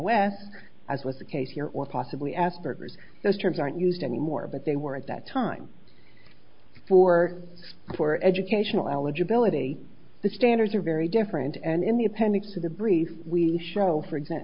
west as was the case here or possibly asperger's those terms aren't used anymore but they were at that time for for educational eligibility the standards are very different and in the appendix to the brief we show for example